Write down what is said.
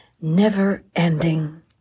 never-ending